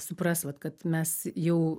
suprast vat kad mes jau